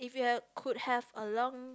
if you had could have a long